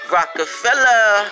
Rockefeller